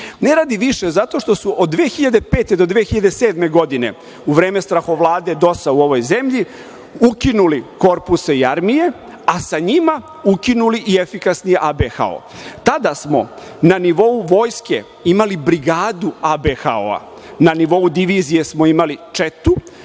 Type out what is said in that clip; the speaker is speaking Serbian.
Ne radi više zato što su od 2005. do 2007. godine, u vreme strahovlade DOS u ovoj zemlji, ukinuli korpuse i armije, a sa njima ukinuli i efikasni ABHO. Tada smo na nivou Vojske imali brigadu ABHO, na nivou divizije smo imali četu,